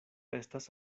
estas